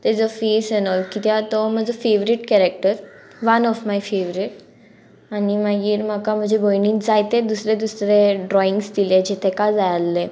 तेजो face and all कित्या तो म्हजो favourite character one of my favourite आनी मागीर म्हाका म्हजे भयणींत जायते दुसरे दुसरे ड्रॉइंग दिले जे तेका जाय आल्हे